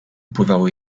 pływały